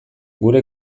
gure